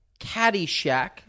Caddyshack